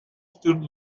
student